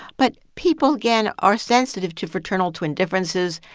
but people, again, are sensitive to fraternal twin differences.